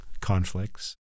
conflicts